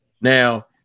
Now-